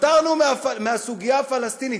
התפטרנו מהסוגיה הפלסטינית,